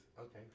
okay